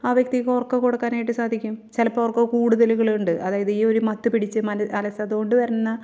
ആ വ്യക്തിയ്ക്ക് ഉറക്കം കൊടുക്കാനായിട്ട് സാധിക്കും ചിലപ്പോൾ ഉറക്കം കൂടുതലുകളുണ്ട് അതായത് ഈ ഒരു മത്തു പിടിച്ചു മന് അലസത കൊണ്ട് വരുന്ന